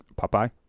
Popeye